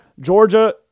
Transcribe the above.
Georgia